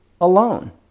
alone